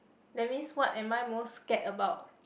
that means what am I most scared about